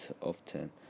often